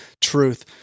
truth